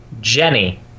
Jenny